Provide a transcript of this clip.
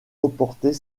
reporter